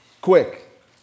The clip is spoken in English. quick